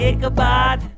Ichabod